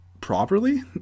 properly